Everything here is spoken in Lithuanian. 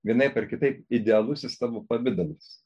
vienaip ar kitaip idealusis tavo pavidalais